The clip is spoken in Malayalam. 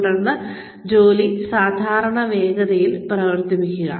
തുടർന്ന് ജോലി സാധാരണ വേഗതയിൽ പ്രവർത്തിപ്പിക്കുക